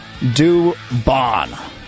Dubon